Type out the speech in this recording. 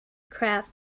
craft